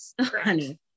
honey